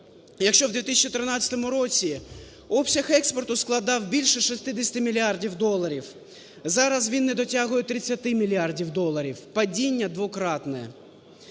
Якщо у 2013 році обсяг експорту складав більше 60 мільярдів доларів, зараз він недотягує 30 мільярдів доларів, падіння двократне.